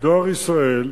"דואר ישראל".